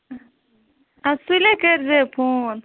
ادٕ سُلے کٔرزِہا فون